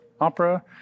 opera